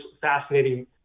fascinating